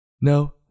No